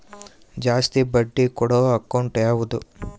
ಜಾಸ್ತಿ ಬಡ್ಡಿ ಕೊಡೋ ಅಕೌಂಟ್ ಯಾವುದು?